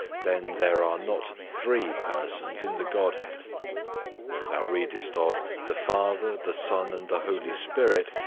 then there are not three persons in the godhead when thou readest of the father, the son, and the holy spirit,